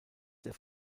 der